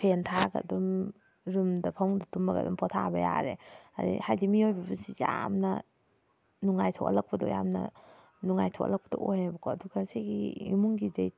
ꯐꯦꯟ ꯊꯥꯔꯒ ꯑꯗꯨꯝ ꯔꯨꯝꯗ ꯐꯃꯨꯡꯗ ꯇꯨꯝꯃꯒ ꯑꯗꯨꯝ ꯄꯣꯊꯥꯕ ꯌꯥꯔꯦ ꯑꯗꯨꯗꯩ ꯍꯥꯏꯗꯤ ꯃꯤꯑꯣꯏꯕꯒꯤ ꯄꯨꯟꯁꯤꯁꯦ ꯌꯥꯝꯅ ꯅꯨꯡꯉꯥꯏꯊꯣꯛꯍꯜꯂꯛꯄꯗꯣ ꯌꯥꯝꯅ ꯅꯨꯡꯉꯥꯏꯊꯣꯛꯍꯜꯂꯛꯄꯗꯣ ꯑꯣꯏꯑꯕꯀꯣ ꯑꯗꯨꯒ ꯑꯁꯤꯒꯤ ꯏꯃꯨꯡꯒꯤꯗꯤ